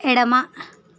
ఎడమ